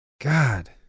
God